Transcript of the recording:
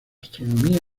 astronomía